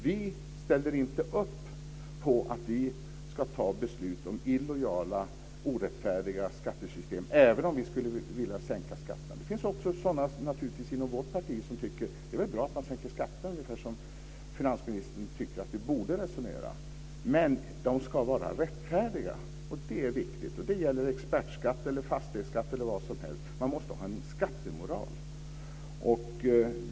Vi ställer inte upp på att vi ska fatta beslut om illojala, orättfärdiga skattesystem även om vi skulle vilja sänka skatten. Det finns naturligtvis sådana också inom vårt parti som tycker att det är bra att man sänker skatterna ungefär på det vis som finansministern tycker att vi borde resonera. Men skatterna ska vara rättfärdiga. Det är viktigt. Det gäller expertskatt, fastighetsskatt eller vad som helst. Man måste ha en skattemoral.